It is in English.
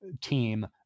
team